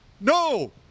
no